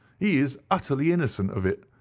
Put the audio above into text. he is utterly innocent of it.